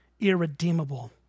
irredeemable